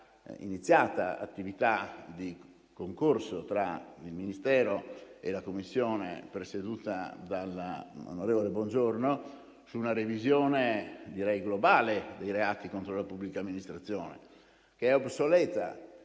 iniziata un'attività di concorso tra il Ministero e la Commissione presieduta dall'onorevole Buongiorno su una revisione, direi globale, dei reati contro la pubblica amministrazione, che è obsoleta,